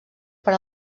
per